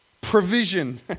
provision